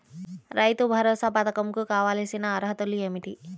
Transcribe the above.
రైతు భరోసా పధకం కు కావాల్సిన అర్హతలు ఏమిటి?